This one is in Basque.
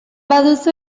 baduzu